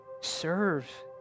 serve